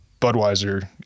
Budweiser